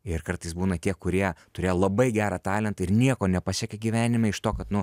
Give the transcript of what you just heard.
ir kartais būna tie kurie turėjo labai gerą talentą ir nieko nepasiekė gyvenime iš to kad nu